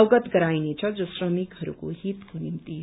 अवगत गराइनेछ जो श्रमिकहरूको हितको निम्ति हो